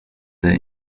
their